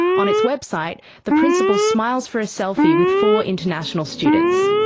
on its website, the principal smiles for a selfie with four international students.